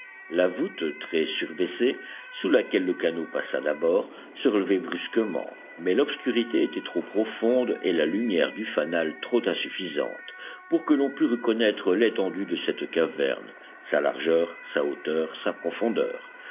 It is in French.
la voûte très surbaissée sous laquelle le canot passa d'abord se relevait brusquement mais l'obscurité était trop profonde et la lumière du fanal trop insuffisante pour que l'on pût reconnaître l'étendue de cette caverne sa largeur sa hauteur sa profondeur